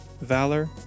valor